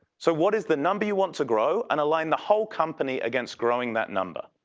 so, what is the number you want to grow? and align the whole company against growing that number.